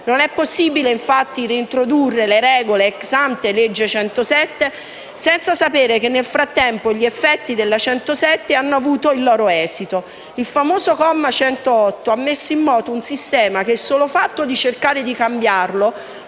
non è possibile reintrodurre le regole *ante* legge 107 senza sapere che, nel frattempo, gli effetti di quel provvedimento hanno avuto il loro esito. Il famoso comma 108 ha messo in moto un sistema e il solo fatto di cercare di cambiarlo